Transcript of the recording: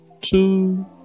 two